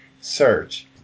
search